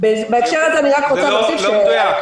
זה לא מדויק,